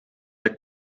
jak